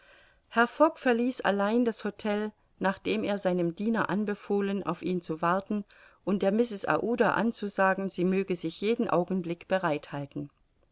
verließ allein das htel nachdem er sei nem diener anbefohlen auf ihn zu warten und der mrs aouda anzusagen sie möge sich jeden augenblick bereit halten